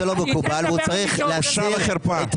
בושה וחרפה.